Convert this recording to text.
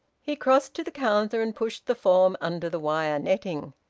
he crossed to the counter, and pushed the form under the wire-netting.